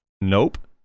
nope